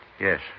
Yes